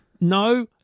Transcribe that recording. no